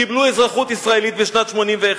קיבלו אזרחות ישראלית בשנת 1981,